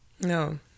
No